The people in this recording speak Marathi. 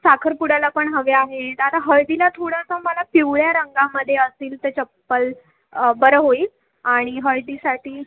साखरपुड्याला पण हवे आहेत आता हळदीला थोडंसं मला पिवळ्या रंगामध्ये असतील ते चप्पल बरं होईल आणि हळदीसाठी